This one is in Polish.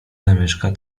zamieszka